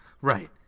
Right